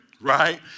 Right